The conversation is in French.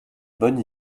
bonne